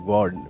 God